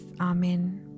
Amen